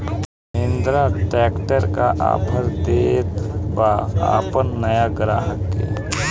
Mahindra tractor का offer देत बा अपना नया ग्राहक के?